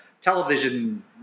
television